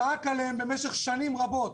זעק עליהם במשך שנים רבות.